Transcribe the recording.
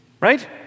right